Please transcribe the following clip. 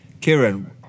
Kieran